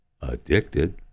addicted